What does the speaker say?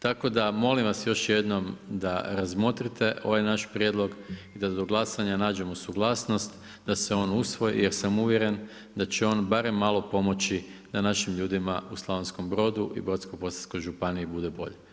Tako da molim vas, još jednom, da razmotrite ovaj naš prijedlog i da do glasanja nađemo suglasnost, da se on usvoji, jer sam uvjeren, da će on barem malo pomoći na našim ljudima u Slavonskom Brodu i Brodsko posavskoj županiji bude bolje.